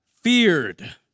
feared